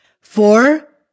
four